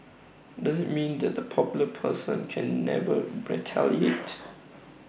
does IT mean that the popular person can never retaliate